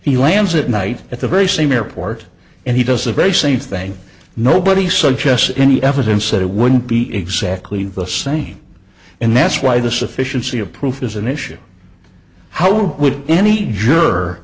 he lands at night at the very same airport and he does the very same thing nobody suggests any evidence that it wouldn't be exactly the same and that's why the sufficiency of proof is an issue how would any juror